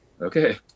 okay